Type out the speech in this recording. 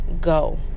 go